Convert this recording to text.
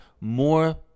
more